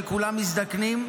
כולם מזדקנים,